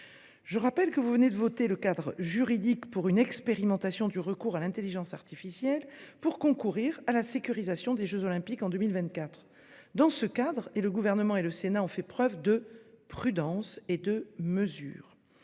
Je rappelle que vous venez de voter le cadre juridique de l'expérimentation du recours à l'intelligence artificielle (IA) pour concourir à la sécurisation des jeux Olympiques et Paralympiques en 2024. Dans ce cadre, le Gouvernement et le Sénat ont fait preuve de prudence et de mesure.